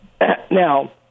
Now